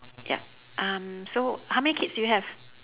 yup um so how many kids do you have